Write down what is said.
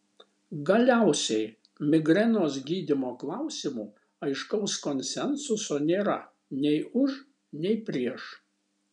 galiausiai migrenos gydymo klausimu aiškaus konsensuso nėra nei už nei prieš